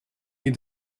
need